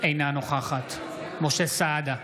אינה נוכחת משה סעדה,